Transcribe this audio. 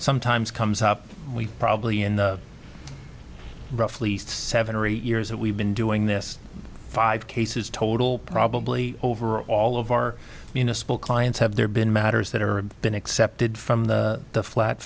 sometimes comes up we probably in the roughly seven or eight years that we've been doing this five cases total probably over all of our municipal clients have there been matters that are been accepted from the